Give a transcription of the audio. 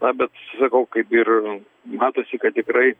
ne bet sakau kaip ir matosi kad tikrai